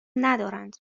ندارند